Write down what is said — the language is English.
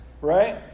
Right